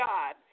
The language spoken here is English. God